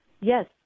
Yes